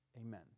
amen